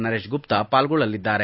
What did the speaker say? ನರೇಶ್ ಗುಪ್ತಾ ಪಾಲ್ಗೊಳ್ಳಲಿದ್ದಾರೆ